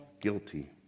guilty